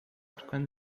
tocando